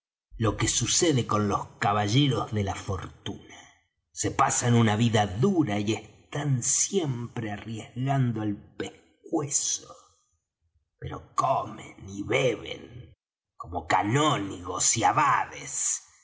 lo que sucede con los caballeros de la fortuna se pasan una vida dura y están siempre arriesgando el pescuezo pero comen y beben como canónigos y abades